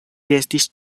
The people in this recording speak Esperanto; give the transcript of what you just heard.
restis